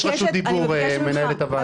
אני מבקש רשות דיבור, מנהלת הוועדה.